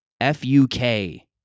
F-U-K